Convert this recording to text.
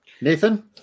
Nathan